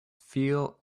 feel